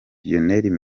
lionel